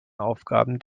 aufgaben